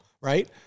right